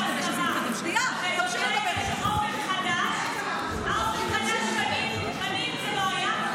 אני רק רוצה להגיד לך שאתה --- עמדה של דחייה של כחודש כדי שזה יתקדם.